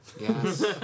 Yes